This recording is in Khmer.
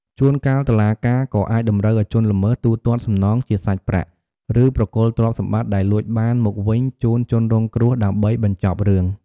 ជួនកាលតុលាការក៏អាចតម្រូវឲ្យជនល្មើសទូទាត់សំណងជាសាច់ប្រាក់ ឬប្រគល់ទ្រព្យសម្បត្តិដែលលួចបានមកវិញជូនជនរងគ្រោះ ដើម្បីបញ្ចប់រឿង។